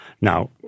Now